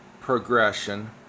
progression